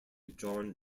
john